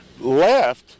left